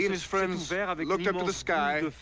his friends. yeah but looked up to the sky.